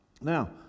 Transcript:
Now